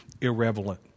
irrelevant